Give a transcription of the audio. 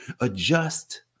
adjust